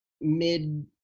mid